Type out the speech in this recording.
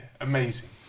amazing